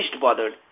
bothered